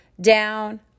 down